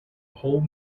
whole